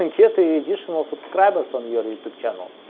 and get the additional subscribers on your youtube channel.